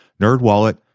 NerdWallet